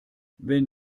wenn